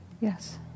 Yes